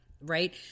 right